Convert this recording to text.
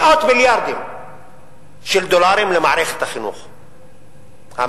מאות מיליארדים של דולרים למערכת החינוך האמריקנית.